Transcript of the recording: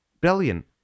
Brilliant